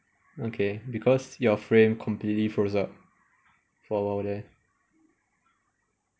okay because your frame completely froze up for a while there